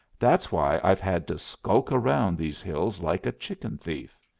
that's why i've had to skulk around these hills like a chicken thief.